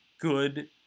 good